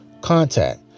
contact